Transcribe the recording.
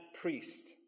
priest